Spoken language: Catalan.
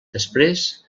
després